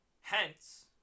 Hence